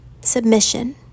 submission